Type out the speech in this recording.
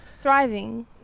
Thriving